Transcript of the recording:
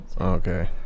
Okay